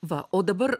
va o dabar